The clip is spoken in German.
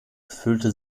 fühlte